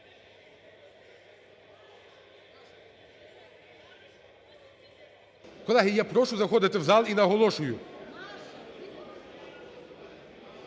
Колеги, я прошу заходити в зал і наголошую,